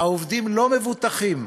העובדים לא מבוטחים